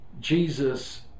Jesus